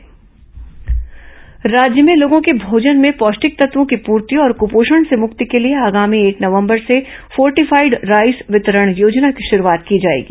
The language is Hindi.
फोर्टिफाइड राईस वितरण राज्य में लोगों के भोजन में पौष्टिक तत्वों की पूर्ति और कृपोषण से मुक्ति के लिए आगामी एक नवंबर से फोर्टिफाइड राईस वितरण योजना की शुरूआत की जाएगी